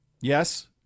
yes